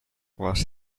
was